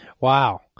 Wow